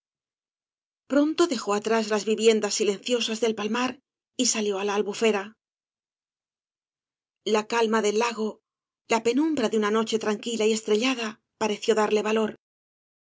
pronto dejó atrás las viviendas silenciosas del palmar y salió á la albufera la calma del lago la penumbra de una noche tranquila y estrellada pareció darle valor